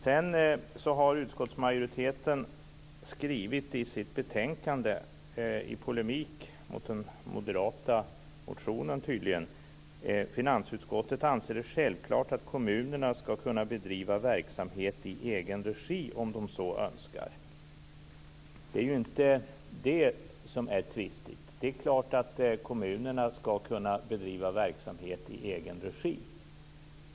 Sedan har utskottsmajoriteten skrivit i betänkandet, tydligen i polemik mot den moderata motionen: Finansutskottet anser det självklart att kommunerna skall kunna bedriva verksamhet i egen regi om de så önskar. Det är ju inte det som är tvistigt. Det är klart att kommunerna skall kunna bedriva verksamhet i egen regi.